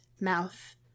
mouth